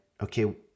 okay